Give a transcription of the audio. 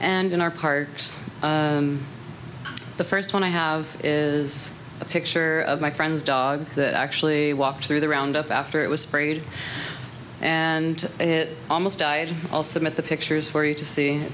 and in our parks the first one i have is a picture of my friend's dog that actually walked through the roundup after it was sprayed and it almost died also at the pictures for you to see